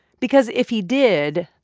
because if he did,